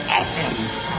essence